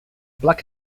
black